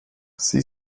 sie